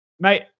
Mate